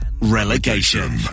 relegation